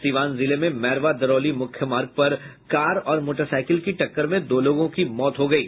सीवान जिले में मैरवा दरौली मुख्य मार्ग पर कार और मोटरसाइकिल की टक्कर में दो लोगों की मौत हो गयी